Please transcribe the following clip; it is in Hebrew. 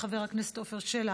חבר הכנסת עפר שלח,